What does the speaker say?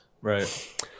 Right